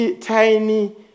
tiny